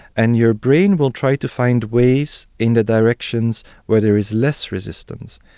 and your brain will try to find ways in the directions where there is less resistance.